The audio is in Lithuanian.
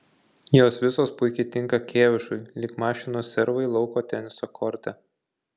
jos visos puikiai tinka kėvišui lyg mašinos servai lauko teniso korte